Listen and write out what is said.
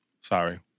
Sorry